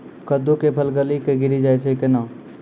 कददु के फल गली कऽ गिरी जाय छै कैने?